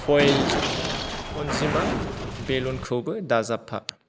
फइल अन्जिमा बेलुनखौबो दाजाबफा